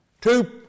Two